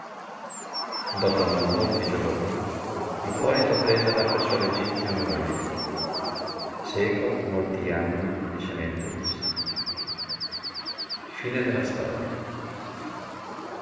dopo non molti giorni ippolito presala per sua legittima moglie seco molti anni felicemente visse